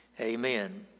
Amen